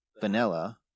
vanilla